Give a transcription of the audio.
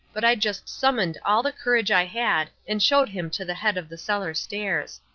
but i just summoned all the courage i had and showed him to the head of the cellar stairs.